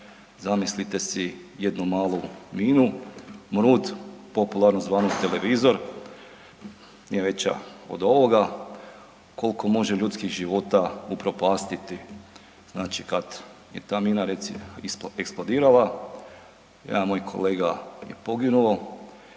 Zamislite si jednu malu minu, mrod popularno zvanog „televizor“ je veća od ovoga, kolko može ljudskih života upropastiti. Znači kad je ta mina reci eksplodirala jedan moj kolega je poginuo,